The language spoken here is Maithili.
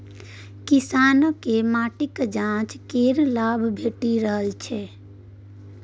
किसानकेँ माटिक जांच केर लाभ भेटि रहल छै